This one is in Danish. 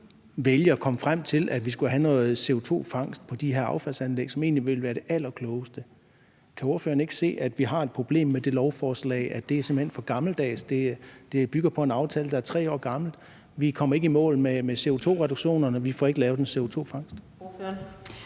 vælge at komme frem til, at vi skulle have noget CO2-fangst på de her affaldsanlæg, som egentlig ville være det allerklogeste. Kan ordføreren ikke se, at vi har det problem med lovforslaget, at det simpelt hen er for gammeldags? Det bygger på en aftale, der er 3 år gammel. Vi kommer ikke i mål med CO2-reduktionerne. Vi får ikke lavet en CO2-fangst.